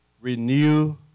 Renew